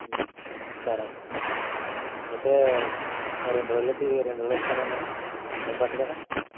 సరే అన్న అయితే రెండు రోజులలో తి రెండు రోజులలో వచ్చేయన అయిపోద్ది కదా